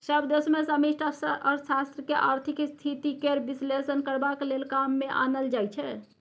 सभ देश मे समष्टि अर्थशास्त्र केँ आर्थिक स्थिति केर बिश्लेषण करबाक लेल काम मे आनल जाइ छै